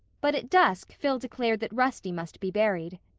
but at dusk phil declared that rusty must be buried.